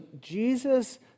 Jesus